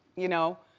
you know?